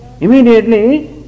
immediately